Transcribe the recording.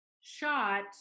Shot